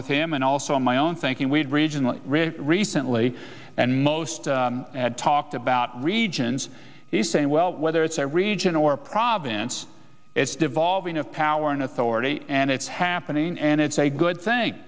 with him and also my own thinking we'd regional recently and most talked about regions is saying well whether it's a region or province it's devolving power and authority and it's happening and it's a good thing